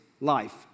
life